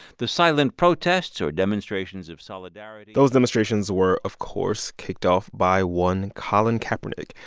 the silent protests or demonstrations of solidarity. those demonstrations were, of course, kicked off by one colin kaepernick,